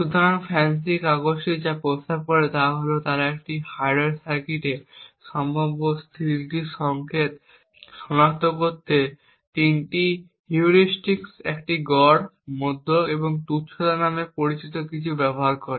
সুতরাং FANCI কাগজটি যা প্রস্তাব করে তা হল যে তারা একটি হার্ডওয়্যার সার্কিটে সম্ভাব্য স্টিলথি সংকেত সনাক্ত করতে 3টি হিউরিস্টিকস একটি গড় মধ্যক এবং তুচ্ছতা নামে পরিচিত কিছু ব্যবহার করে